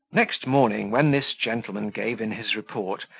next morning, when this gentleman gave in his report,